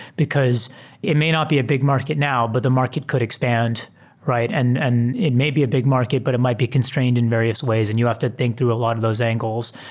because it may not be a big market now, but the market could expand right. and and it may be a big market, but it might be constrained in var ious ways and you have to think through a lot of those angles.